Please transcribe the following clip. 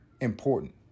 important